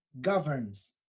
governs